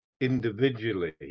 individually